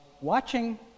watching